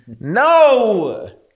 no